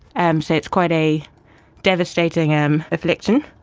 um so it's quite a devastating um affliction.